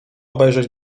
obejrzeć